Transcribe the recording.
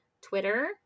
Twitter